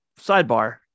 sidebar